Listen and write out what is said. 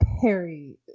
Perry